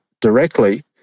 directly